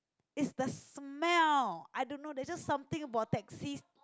is the smell I don't know there's just something about taxis